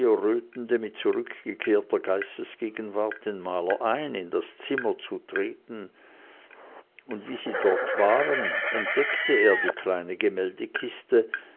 errötende mit zurückgekehrter geistesgegenwart den maler ein in das zimmer zu treten und wie sie dort waren entdeckte er die kleine